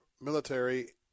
military